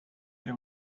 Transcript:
they